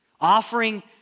Offering